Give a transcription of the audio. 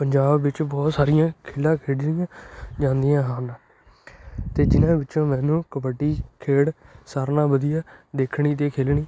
ਪੰਜਾਬ ਵਿੱਚ ਬਹੁਤ ਸਾਰੀਆਂ ਖੇਡਾਂ ਖੇਡੀਆਂ ਜਾਂਦੀਆਂ ਹਨ ਅਤੇ ਜਿਨ੍ਹਾਂ ਵਿੱਚੋਂ ਮੈਨੂੰ ਕਬੱਡੀ ਖੇਡ ਸਾਰਿਆਂ ਨਾਲੋਂ ਵਧੀਆ ਦੇਖਣੀ ਅਤੇ ਖੇਡਣੀ